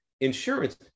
Insurance